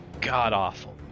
god-awful